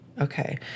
Okay